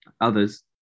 others